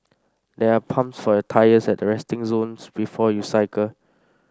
there are pumps for your tyres at resting zones before you cycle